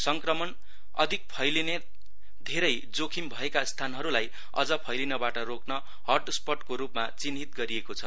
संक्रमण अधिक फैलिने धेरै जोखिम भएका क्षेत्रहरूलाई अझ फैलिनबाट रोक्न हटस्पोटको रूपमा चिन्हित गरिएकोछ